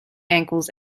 ankles